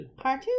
Cartoon